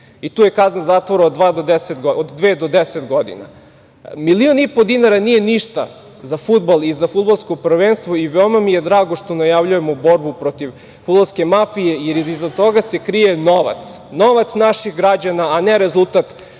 To je kazna zatvora od dve do 10 godina. Milion i po dinara nije ništa za fudbal i za fudbalsko prvenstvo i veoma mi je drago što najavljujemo borbu protiv fudbalske mafije, jer iza toga se krije novac, novac naših građana, a ne rezultat